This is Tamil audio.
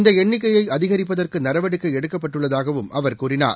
இந்தஎண்ணிக்கையைஅதிகரிப்பதற்குநடவடிக்கைஎடுக்கப்பட்டுள்ளதாகவும் அவர் கூறினார்